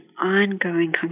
ongoing